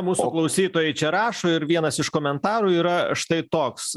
mūsų klausytojai čia rašo ir vienas iš komentarų yra štai toks